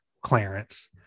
Clarence